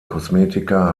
kosmetika